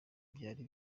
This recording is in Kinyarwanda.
byari